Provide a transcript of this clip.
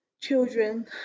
Children